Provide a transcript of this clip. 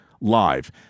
live